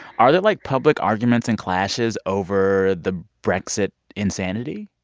are there, like, public arguments and clashes over the brexit insanity?